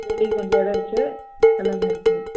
வெளியே கொஞ்சம் இடம் இருக்குது எல்லாமே இருக்குதுங்க